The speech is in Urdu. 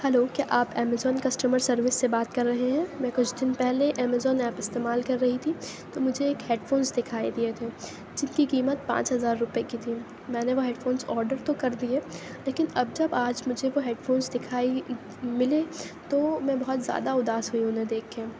ہلو کیا آپ ایمزون کسٹمر سروس سے بات کر رہے ہیں میں کچھ دِن پہلے ایمزون ایپ استعمال کر رہی تھی تو مجھے ایک ہیڈ فونس دکھائی دیے تھے جن کی قیمت پانچ ہزار روپئے کی تھی میں نے وہ ہیڈ فونس آڈر تو کر دیے لیکن اب جب آج مجھے وہ ہیڈ فونس دکھائی ملے تو میں بہت زیادہ اُداس ہوئی اُنہیں دیکھ کے